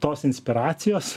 tos inspiracijos